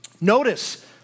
Notice